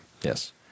Yes